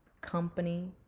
company